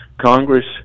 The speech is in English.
Congress